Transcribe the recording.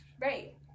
right